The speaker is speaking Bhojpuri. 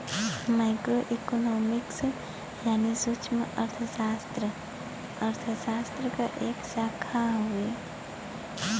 माइक्रो इकोनॉमिक्स यानी सूक्ष्मअर्थशास्त्र अर्थशास्त्र क एक शाखा हउवे